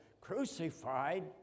crucified